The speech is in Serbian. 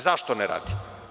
Zašto ne radi?